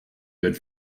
good